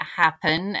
happen